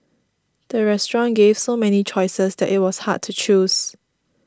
the restaurant gave so many choices that it was hard to choose